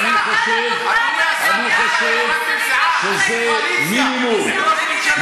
אני חושב שזה מינימום,